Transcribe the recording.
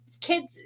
kids